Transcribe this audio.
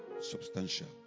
substantial